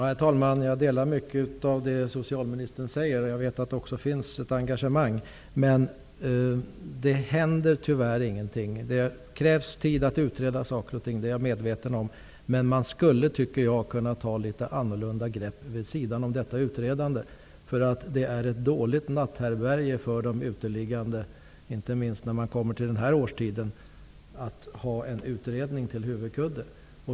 Herr talman! Jag instämmer i mycket av det socialministern säger, och jag vet att det också finns ett engagemang. Men det händer tyvärr ingenting. Det krävs tid för att utreda saker och ting, det är jag medveten om, men jag menar att man skulle kunna ta litet annorlunda grepp vid sidan av detta utredande. Det är nämligen ett dåligt natthärbärge för de uteliggande, inte minst i den här årstiden, att ha en utredning till huvudkudde.